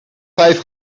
vijf